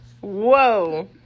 whoa